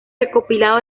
recopilado